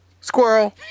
Squirrel